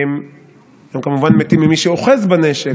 הם כמובן מתים ממי שאוחז בנשק,